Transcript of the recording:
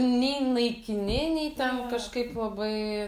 nei naikini nei ten kažkaip labai